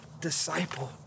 disciple